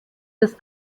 das